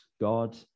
god